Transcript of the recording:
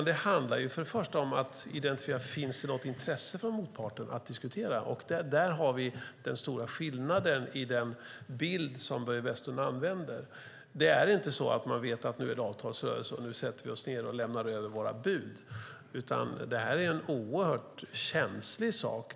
Det handlar först och främst om att identifiera om det finns något intresse från motparten att diskutera. Där har vi den stora skillnaden mot den bild som Börje Vestlund använder. Det är inte så att det här är en avtalsrörelse där man sätter sig ned och lämnar över sina bud, utan det här är en oerhört känslig sak.